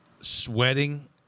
sweating